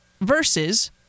versus